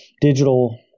digital